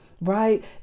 right